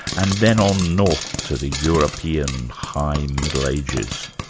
and then on north to the european high middle ages.